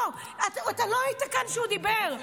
לא, אתה לא היית כאן כשהוא דיבר.